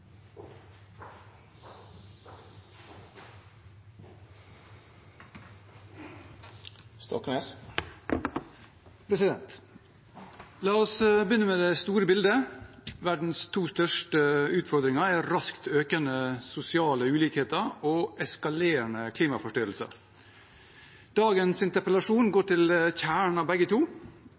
La oss begynne med det store bildet. Verdens to største utfordringer er raskt økende sosiale ulikheter og eskalerende klimaforstyrrelser. Dagens interpellasjon går til kjernen av begge to,